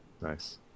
Nice